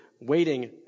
Waiting